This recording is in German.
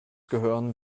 gehören